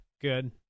good